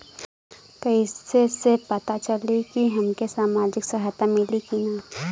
कइसे से पता चली की हमके सामाजिक सहायता मिली की ना?